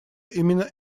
именно